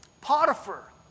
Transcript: Potiphar